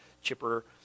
chipper